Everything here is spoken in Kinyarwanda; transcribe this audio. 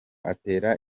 atera